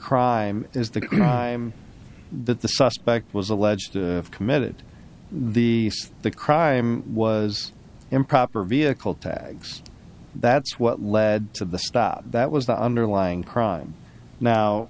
crime is the time that the suspect was alleged to have committed the crime was improper vehicle tags that's what led to the stop that was the underlying crime now